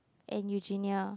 and Eugenia